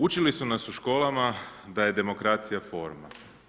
Učili su nas u školama da je demokracija forma.